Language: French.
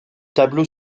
tableau